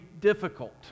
difficult